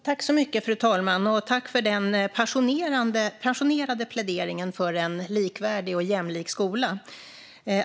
Fru talman! Tack, Arin Karapet, för den passionerade pläderingen för en likvärdig och jämlik skola!